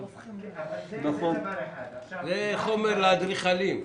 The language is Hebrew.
זה חומר לאדריכלים.